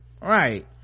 Right